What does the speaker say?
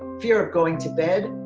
fear of going to bed,